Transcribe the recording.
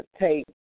take